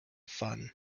fun